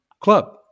club